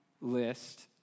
list